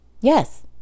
yes